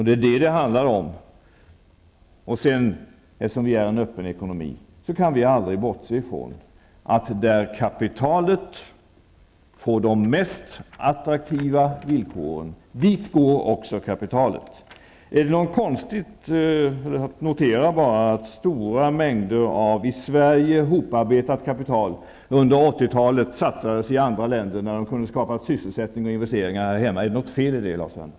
Det är vad det handlar om nu. Eftersom vi har en öppen ekonomi, kan vi aldrig bortse från att där kapitalet får de mest attraktiva villkoren, dit går också kapitalet. Är det då konstigt att stora mängder av i Sverige hoparbetat kapital under 80-talet satsades i andra länder när de kunde ha skapat sysselsättning och investeringar här hemma? Är det något fel i det, Lars Werner?